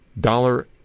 dollar